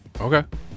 Okay